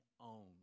own